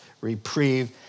reprieve